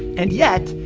and yet,